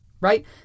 right